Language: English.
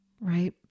right